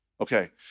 Okay